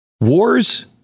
Wars